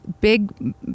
big